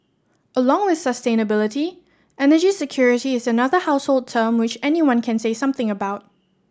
along with sustainability energy security is another household term which anyone can say something about